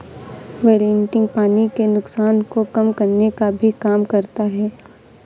wilting पानी के नुकसान को कम करने का भी काम करता है